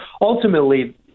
Ultimately